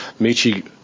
Michi